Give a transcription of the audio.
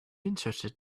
interested